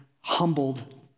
humbled